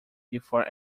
before